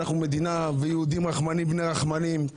אנחנו מדינה, ויהודים רחמנים בני רחמנים,